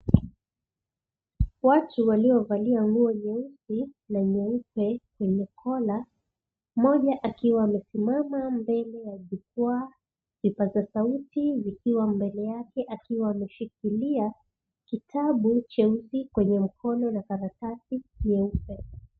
Watu waliovalia nguo nyeusi na nyeupe zenye collar , mmoja akiwa amesimama mbele ya jukwaa, vipaza sauti vikiwa mbele yake akiwa ameshikilia kitabu cheusi kwenye mkono na karatasi nyeupe.